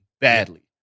badly